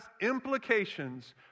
implications